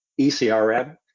ECRM